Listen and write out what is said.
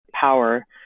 power